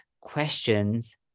questions